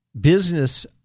Business